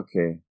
okay